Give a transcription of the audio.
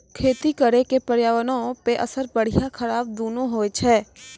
खेती करे के पर्यावरणो पे असर बढ़िया खराब दुनू होय छै